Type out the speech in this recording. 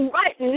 right